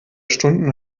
stunden